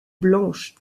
blanche